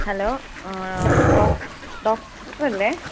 hello doctor അല്ലേ